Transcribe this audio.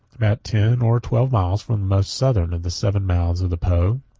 about ten or twelve miles from the most southern of the seven mouths of the po,